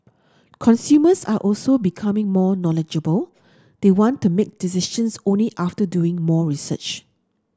consumers are also becoming more knowledgeable they want to make decisions only after doing more research